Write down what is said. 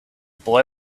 boy